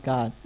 God